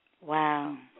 Wow